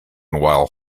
while